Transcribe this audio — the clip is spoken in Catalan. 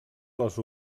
les